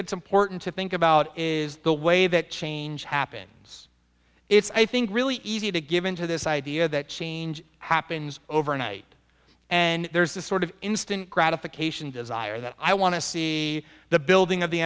that's important to think about is the way that change happens it's i think really easy to give in to this idea that change happens overnight and there's this sort of instant gratification desire that i want to see the building of the